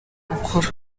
mukuru